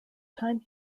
time